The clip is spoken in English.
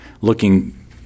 looking